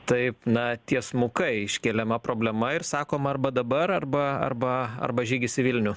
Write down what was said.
taip na tiesmukai iškeliama problema ir sakoma arba dabar arba arba arba žygis į vilnių